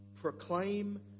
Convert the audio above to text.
proclaim